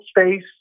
space